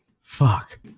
fuck